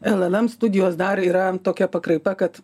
llm studijos dar yra tokia pakraipa kad